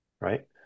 right